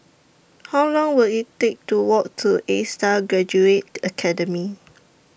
How Long Will IT Take to Walk to A STAR Graduate Academy